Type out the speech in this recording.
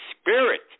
spirit